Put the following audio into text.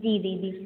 जी दीदी